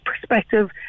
perspective